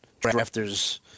drafters